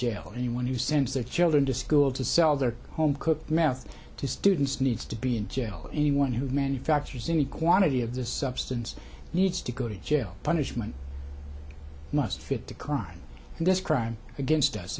jail and when you send their children to school to sell their home cooked meth to students needs to be in jail anyone who manufactures any quantity of this substance needs to go to jail punishment must fit the crime and this crime against us